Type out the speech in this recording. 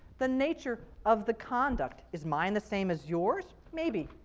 the nature of the conduct. is mine the same as yours? maybe,